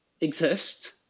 exist